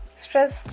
stress